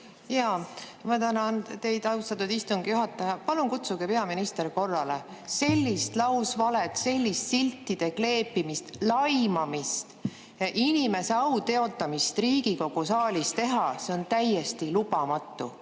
Ma tänan teid, austatud istungi juhataja. Palun kutsuge peaminister korrale. Sellist lausvalet, sellist siltide kleepimist, laimamist, inimese au teotamist Riigikogu saalis teha on täiesti lubamatu.